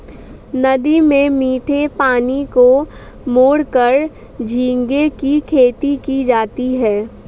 नदी के मीठे पानी को मोड़कर झींगे की खेती की जाती है